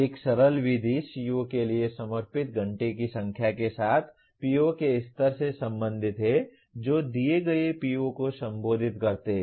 एक सरल विधि CO के लिए समर्पित घंटे की संख्या के साथ PO के स्तर से संबंधित है जो दिए गए PO को संबोधित करते हैं